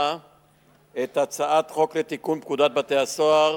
את הצעת חוק לתיקון פקודת בתי-הסוהר